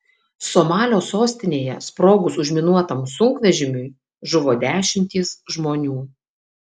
somalio sostinėje sprogus užminuotam sunkvežimiui žuvo dešimtys žmonių